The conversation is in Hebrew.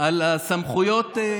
על הסמכויות,